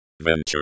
Venture